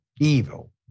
evil